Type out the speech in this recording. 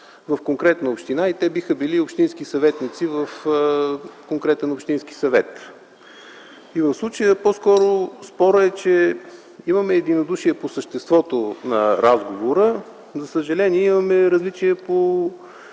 в конкретна община и те биха били общински съветници в конкретния общински съвет. В случая спорът е по-скоро, че имаме единодушие по съществото на разговора, но за съжаление имаме различия дали